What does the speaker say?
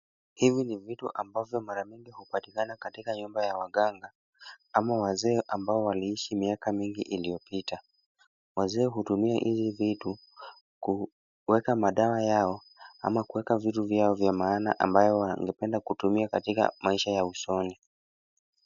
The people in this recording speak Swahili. Hivi ni vitu ambavyo mara mingi hupatikana katika nyumba ya waganga ama wazee ambao waliishi miaka mingi iliyopita. Wazee hutumia hizi vitu kuweka madawa yao ama kuweka vitu vyao vya maana ambayo wangependa kutumia katika maisha ya usoni.